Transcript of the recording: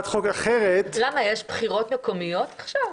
למה, יש בחירות מקומיות עכשיו?